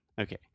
Okay